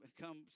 come